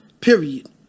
period